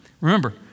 remember